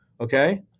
okay